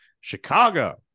Chicago